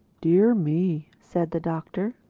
dear me! said the doctor.